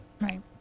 Right